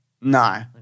No